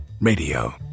Radio